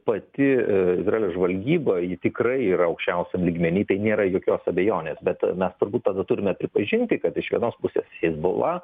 pati izraelio žvalgyba ji tikrai yra aukščiausiam lygmeny tai nėra jokios abejonės bet na turbūt tada turime pripažinti kad iš vienos pusės hezbollah